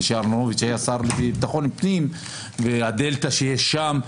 כשאהרונוביץ' היה שר לביטחון פנים והדלתא שיש שם,